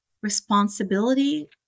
responsibility